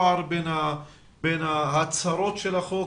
פער בין ההצהרות של החוק,